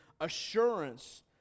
assurance